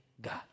God